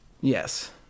yes